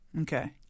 Okay